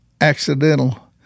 accidental